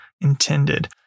intended